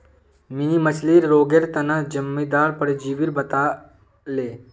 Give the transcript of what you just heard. mini मछ्लीर रोगेर तना जिम्मेदार परजीवीर बारे बताले